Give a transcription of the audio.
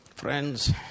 friends